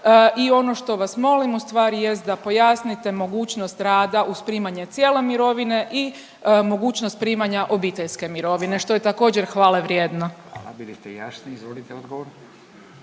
i ono što vas molim ustvari jest da pojasnite mogućnost rada uz primanje cijele mirovine i mogućnost primanja obiteljske mirovine, što je također hvale vrijedno. **Radin, Furio